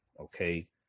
okay